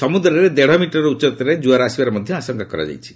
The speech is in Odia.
ସମୁଦ୍ରରେ ଦେଢ଼ ମିଟିର ଉଚ୍ଚତାରେ ଜୁଆର ଆସିବାର ମଧ୍ୟ ଆଶଙ୍କା କରାଯାଇଛି